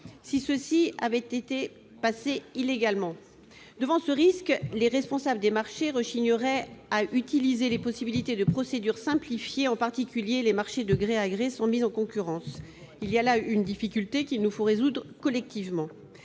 si ce dernier a été passé illégalement. Devant ce risque, les responsables des marchés rechigneraient à utiliser les possibilités de procédures simplifiées, en particulier les marchés de gré à gré sans mise en concurrence. Cette difficulté, il nous faut la résoudre collectivement.